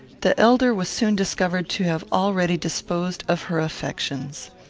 the elder was soon discovered to have already disposed of her affections.